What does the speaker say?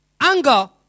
Anger